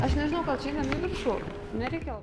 aš nežinau gal čia einam į viršų nereikia